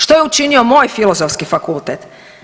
Što je učinio moj Filozofski fakultet?